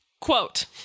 Quote